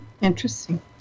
interesting